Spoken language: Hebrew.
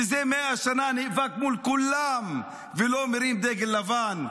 מזה 100 שנה נאבק מול כולם ולא מרים דגל לבן.